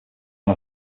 one